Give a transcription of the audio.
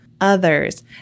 others